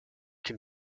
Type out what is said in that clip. can